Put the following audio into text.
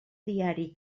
diari